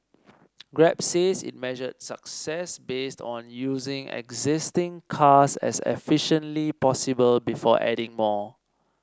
grab says it measures success based on using existing cars as efficiently possible before adding more